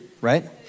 right